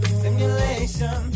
simulation